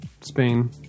Spain